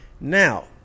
now